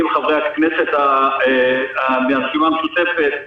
עם חברי הכנסת מהרשימה המשותפת,